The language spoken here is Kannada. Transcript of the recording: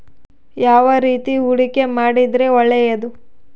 ಯಾವ ರೇತಿ ಹೂಡಿಕೆ ಮಾಡಿದ್ರೆ ಒಳ್ಳೆಯದು?